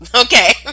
Okay